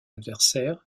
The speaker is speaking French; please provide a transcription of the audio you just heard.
adversaire